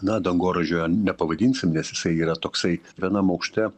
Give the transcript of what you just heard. na dangoraižio nepavadinsim nes jisai yra toksai vienam aukšte